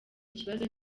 ikibazo